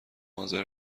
حاضر